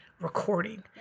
recording